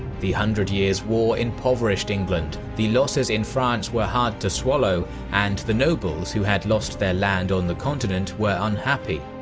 the hundred years' war impoverished england, the losses in france were hard to swallow, and the nobles who lost their lands on the continent were unhappy.